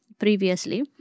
Previously